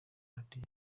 radiyo